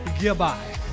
Goodbye